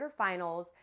quarterfinals